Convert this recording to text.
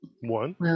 One